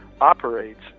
operates